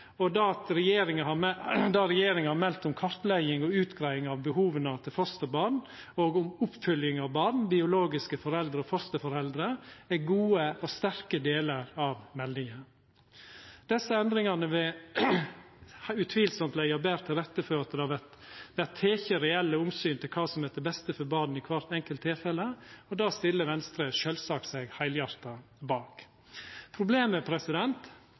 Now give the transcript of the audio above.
likeins. Og det regjeringa har meld om kartlegging og utgreiing av behova til fosterbarn og om oppfølging av barn, biologiske foreldre og fosterforeldre, er gode og sterke delar av meldinga. Desse endringane vil utan tvil leggja betre til rette for at det vert tekne reelle omsyn til kva som er til beste for barn i kvart enkelt tilfelle, og det stiller sjølvsagt Venstre seg heilhjerta bak. Problemet